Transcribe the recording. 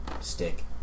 stick